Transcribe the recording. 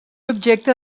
objecte